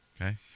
Okay